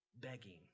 Begging